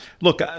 Look